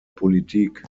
politik